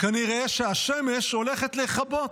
כנראה שהשמש הולכת לכבות,